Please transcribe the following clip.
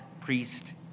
priest